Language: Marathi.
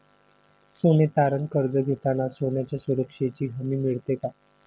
सोने तारण कर्ज घेताना सोन्याच्या सुरक्षेची हमी मिळते का?